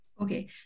Okay